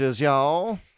y'all